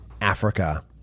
Africa